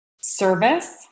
service